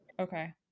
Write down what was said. Okay